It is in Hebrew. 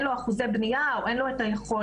לו אחוזי בנייה או אין לו את היכולת.